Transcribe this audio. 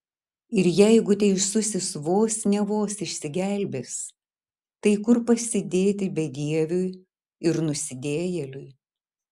ir jeigu teisusis vos ne vos išsigelbės tai kur pasidėti bedieviui ir nusidėjėliui